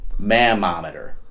mammometer